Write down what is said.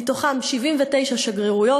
מתוכן 79 שגרירויות,